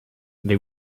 they